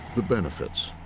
the benefits